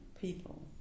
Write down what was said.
people